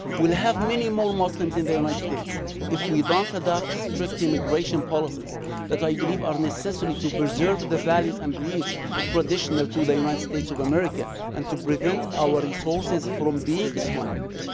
we'll have many more muslims in the united states if we don't adopt strict immigration policies that i believe are necessary to preserve the values and beliefs traditional to the united states of america and to prevent our resources from being swamped